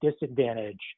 disadvantage